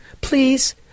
Please